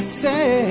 say